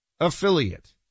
Affiliate